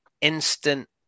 instant